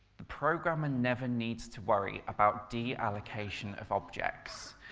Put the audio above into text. the programmer never needs to worry about deallocation of objects.